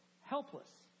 helpless